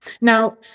Now